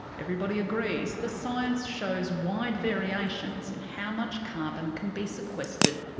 everybody agrees the science shows wide variations in how much carbon can be sequestered,